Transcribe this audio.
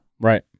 Right